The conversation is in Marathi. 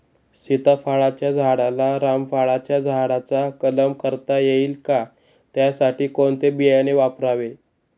सीताफळाच्या झाडाला रामफळाच्या झाडाचा कलम करता येईल का, त्यासाठी कोणते बियाणे वापरावे?